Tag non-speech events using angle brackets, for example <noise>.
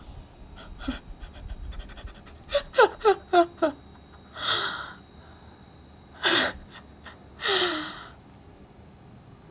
<breath> <laughs> <breath> <breath> <breath>